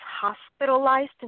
hospitalized